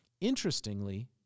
Interestingly